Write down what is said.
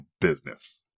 business